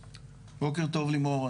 בוקר טוב, לימור.